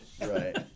Right